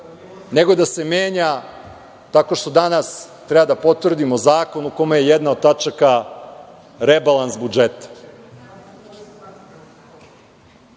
nego da se menja tako što danas treba da potvrdimo zakon u kome je jedna od tačaka rebalans budžeta.